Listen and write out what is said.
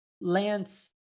lance